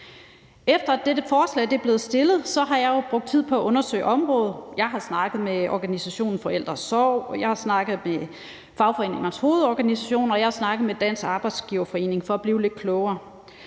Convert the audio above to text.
Efter at dette forslag er blevet fremsat, har jeg brugt tid på at undersøge området. Jeg har snakket med organisationen Forældre & Sorg, jeg har snakket med Fagbevægelsens Hovedorganisation, og jeg har snakket med Dansk Arbejdsgiverforening for at blive lidt klogere.